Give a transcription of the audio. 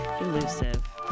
Elusive